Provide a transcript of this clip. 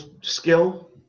skill